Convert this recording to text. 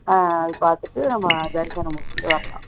ஆ அது பார்த்துட்டு நம்ம தரிசனம் முடிச்சுட்டு வரலாம்